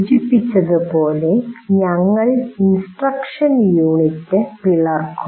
സൂചിപ്പിച്ചതുപോലെ ഞങ്ങൾ instruction unit പിളർക്കും